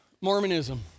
Mormonism